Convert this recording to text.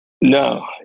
No